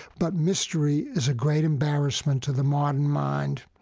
but mystery is a great embarrassment to the modern mind.